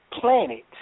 planet